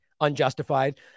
Unjustified